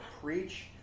preach